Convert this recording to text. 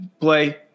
play